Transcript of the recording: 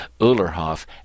Ullerhof